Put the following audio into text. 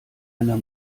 einer